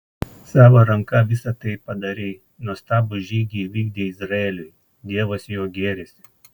savo ranka visa tai padarei nuostabų žygį įvykdei izraeliui dievas juo gėrisi